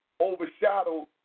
overshadowed